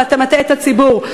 ואתה מטעה את הציבור.